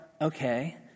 okay